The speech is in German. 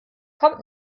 kommt